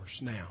now